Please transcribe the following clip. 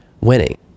winning